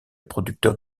producteur